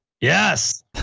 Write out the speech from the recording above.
Yes